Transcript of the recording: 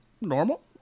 normal